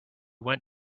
went